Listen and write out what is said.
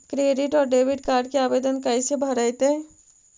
Credit और debit card के आवेदन कैसे भरैतैय?